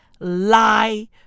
lie